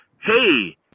hey